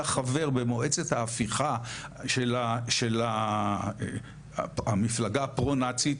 חבר במועצת ההפיכה של המפלגה הפרו-נאצית,